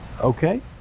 Okay